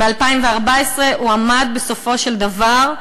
ב-2014 הוא עמד, בסופו של דבר,